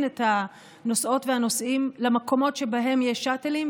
את הנוסעות והנוסעים למקומות שבהם יש שאטלים,